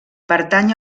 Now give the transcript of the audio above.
pertany